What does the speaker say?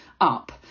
up